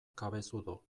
cabezudo